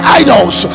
idols